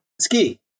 ski